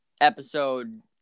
episode